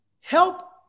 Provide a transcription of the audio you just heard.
Help